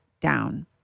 down